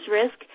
risk